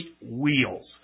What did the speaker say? Wheels